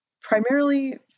primarily